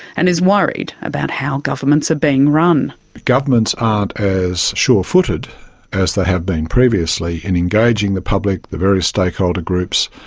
and is worried about how governments are being run. governments aren't as surefooted as they have been previously in engaging the public, the various stakeholder groups,